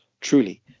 truly